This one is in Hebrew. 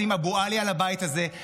עושים אבו עלי על הבית הזה,